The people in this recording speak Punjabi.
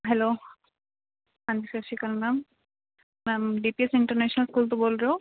ਹੈਲੋ ਹਾਂਜੀ ਸਤਿ ਸ਼੍ਰੀ ਅਕਾਲ ma'am ma'am D P S International School ਤੋਂ ਬੋਲ ਰਹੇ ਹੋ